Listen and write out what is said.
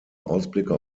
ausblicke